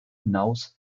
hinaus